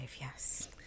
yes